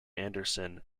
anderson